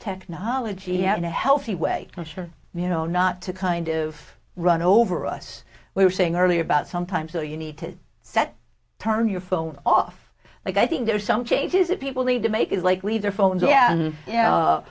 technology had a healthy way you know not to kind of run over us we were saying earlier about sometimes so you need to set turn your phone off like i think there are some changes that people need to make it like leave their phones yeah yeah